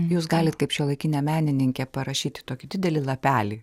jūs galit kaip šiuolaikinė menininkė parašyti tokį didelį lapelį